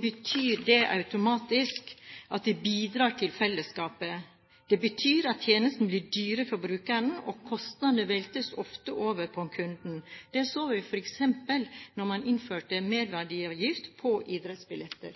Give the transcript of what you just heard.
betyr det automatisk at det bidrar til fellesskapet. Det betyr at tjenesten blir dyrere for brukeren, og kostnadene veltes ofte over på kunden. Det så vi f.eks. da man innførte merverdiavgift på idrettsbilletter.